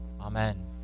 Amen